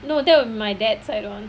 no that will be my dad side [one]